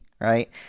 Right